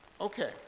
Okay